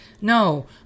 No